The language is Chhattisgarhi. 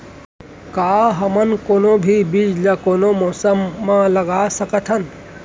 का हमन कोनो भी बीज ला कोनो मौसम म लगा सकथन?